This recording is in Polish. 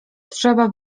trzeba